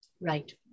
right